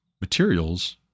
materials